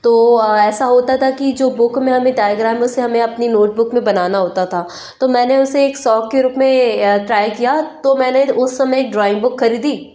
तो ऐसा होता था कि जो बुक में हमें डायग्राम है उसे हमें अपनी नोटबुक में बनाना होता था तो मैंने उसे एक शौक के रुप में ट्राय किया तो मैंने उस समय एक ड्रॉइंग बुक खरीदी